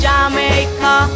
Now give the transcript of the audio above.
Jamaica